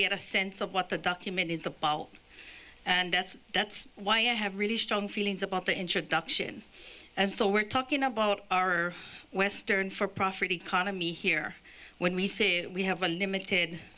get a sense of what the document is the power and that's why i have really strong feelings about the introduction so we're talking about our western for profit economy here when we say we have a limited